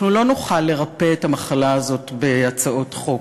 אנחנו לא נוכל לרפא את המחלה הזאת בהצעות חוק,